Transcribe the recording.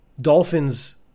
dolphins